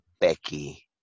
Becky